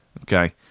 Okay